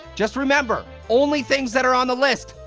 just remember, only things that are on the list,